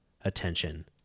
attention